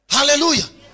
Hallelujah